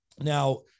Now